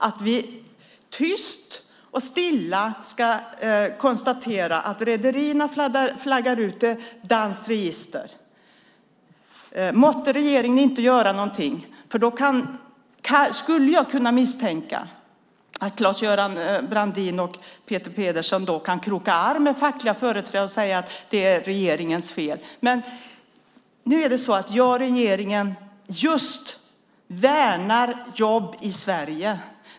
Vi ska tyst och stilla konstatera att rederierna flaggar ut, till danskt register. Måtte regeringen inte göra någonting! För då skulle jag kunna misstänka att Claes-Göran Brandin och Peter Pedersen kan kroka arm med fackliga företrädare och säga att det är regeringens fel. Men nu är det så att jag och regeringen just värnar jobb i Sverige.